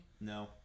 No